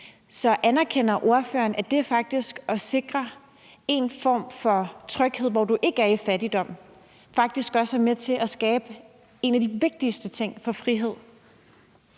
Så anerkender ordføreren, at det at sikre en form for tryghed, hvor du ikke er i fattigdom, faktisk også er med til at skabe en af de vigtigste ting for frihed?